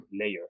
layer